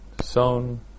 sown